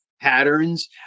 patterns